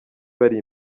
bari